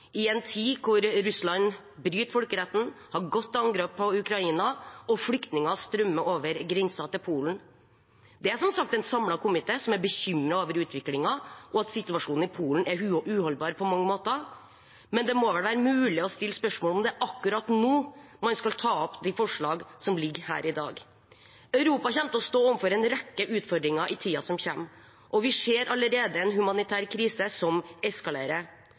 i en tid der Russland bryter folkeretten, har gått til angrep på Ukraina, og flyktninger strømmer over grensen til Polen. Det er som sagt en samlet komité som er bekymret over utviklingen og at situasjonen i Polen er uholdbar på mange måter, men det må da være mulig å stille spørsmål ved om det er akkurat nå man skal ta opp de forslagene som ligger her i dag. Europa kommer til å stå overfor en rekke utfordringer i tiden som kommer, og vi ser allerede en humanitær krise som eskalerer.